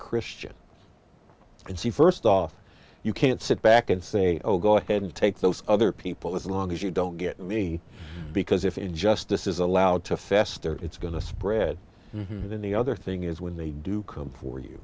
christian and see first off you can't sit back and say oh go ahead and take those other people as long as you don't get me because if injustice is allowed to fester it's going to spread and in the other thing is when they do come for you